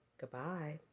Goodbye